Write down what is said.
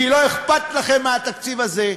כי לא אכפת לכם מהתקציב הזה,